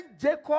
Jacob